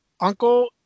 uncle